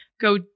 go